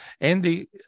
Andy